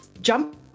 Jump